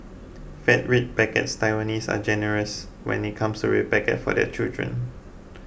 fat red packets Taiwanese are generous when it comes to red packet for their children